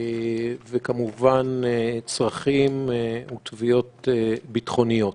וכמובן צרכים ותביעות ביטחוניות.